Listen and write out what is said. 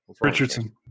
richardson